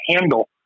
handle